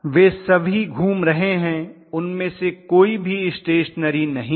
वे सभी घूम रहे हैं उनमें से कोई भी स्टेशनेरी नहीं है